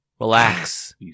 relax